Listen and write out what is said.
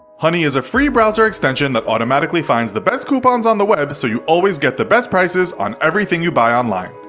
honey is a free browser extension that automatically finds the best coupons on the web so you always get the best prices on everything you buy online.